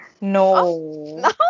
No